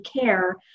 care